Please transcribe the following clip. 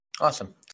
Awesome